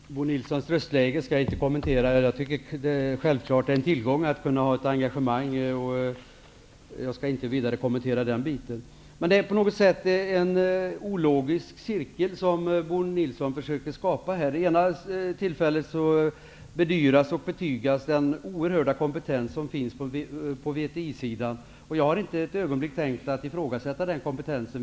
Herr talman! Bo Nilssons röstläge skall jag inte kommentera. Det är självfallet en tillgång att kunna ha ett engagemang. Jag skall inte vidare kommentera den biten. På något sätt är det en ologisk cirkel som Bo Nilsson försöker skapa. Den oerhörda kompetens som finns på VTI-sidan bedyras och betygas. Jag har inte ett ögonblick tänkt att ifrågasätta den kompetensen.